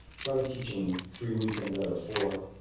he's probably teaching three weekends out of four,